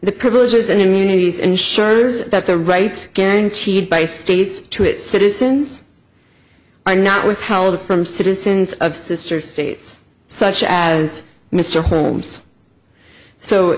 the privileges and immunities ensures that the right gang cheated by states to its citizens by not withheld from citizens of sister states such as mr holmes so